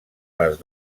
les